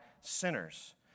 sinners